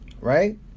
right